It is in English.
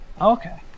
Okay